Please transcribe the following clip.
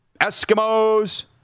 Eskimos